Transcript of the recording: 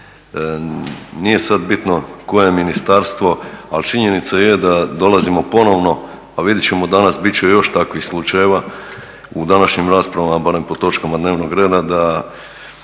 Nije sad bitno koje ministarstvo, ali činjenica je da dolazimo ponovno, a vidjet ćemo danas bit će još takvih slučajeva u današnjim raspravama barem po točkama dnevnog reda da